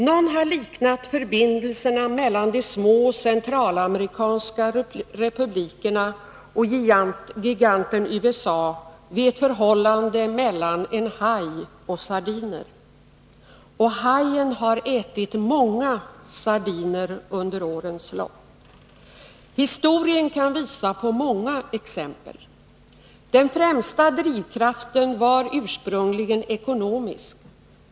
Någon har liknat förbindelserna mellan de små centralamerikanska republikerna och giganten USA vid ett förhållande mellan en haj och sardiner. Och hajen har ätit många sardiner under årens lopp. Historien kan visa på många exempel. Den främsta drivkraften var ursprungligen ekonomisk.